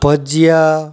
ભજીયા